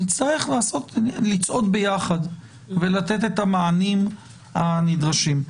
ונצטרך לצעוד ביחד ולתת את המענים הנדרשים.